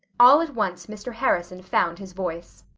all at once mr. harrison found his voice.